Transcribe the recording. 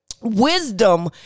wisdom